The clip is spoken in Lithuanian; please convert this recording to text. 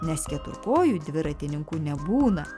nes keturkojų dviratininkų nebūna